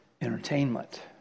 entertainment